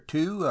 Two